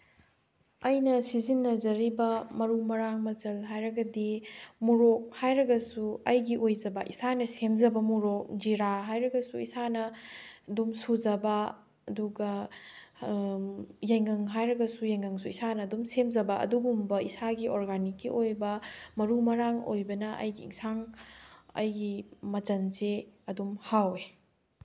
ꯑꯩꯅ ꯁꯤꯖꯤꯟꯅꯖꯔꯤꯕ ꯃꯔꯨ ꯃꯔꯥꯡ ꯃꯆꯜ ꯍꯥꯏꯔꯒꯗꯤ ꯃꯣꯔꯣꯛ ꯍꯥꯏꯔꯒꯁꯨ ꯑꯩꯒꯤ ꯑꯣꯏꯖꯕ ꯏꯁꯥꯅ ꯁꯦꯝꯖꯕ ꯃꯣꯔꯣꯛ ꯖꯤꯔꯥ ꯍꯥꯏꯔꯒꯁꯨ ꯏꯁꯥꯅ ꯑꯗꯨꯝ ꯁꯨꯖꯕ ꯑꯗꯨꯒ ꯌꯥꯏꯉꯪ ꯍꯥꯏꯔꯒꯁꯨ ꯌꯥꯏꯉꯪꯁꯨ ꯏꯁꯥ ꯑꯗꯨꯝ ꯁꯦꯝꯖꯕ ꯑꯗꯨꯒꯨꯝꯕ ꯏꯁꯥꯒꯤ ꯑꯣꯔꯒꯥꯅꯤꯛꯀꯤ ꯑꯣꯏꯕ ꯃꯔꯨ ꯃꯔꯥꯡ ꯑꯣꯏꯕꯅ ꯑꯩꯒꯤ ꯑꯦꯟꯁꯥꯡ ꯑꯩꯒꯤ ꯃꯆꯜꯁꯦ ꯑꯗꯨꯝ ꯍꯥꯎꯋꯦ